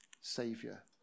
savior